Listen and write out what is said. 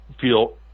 feel